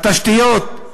התשתיות,